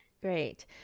Great